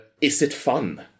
is-it-fun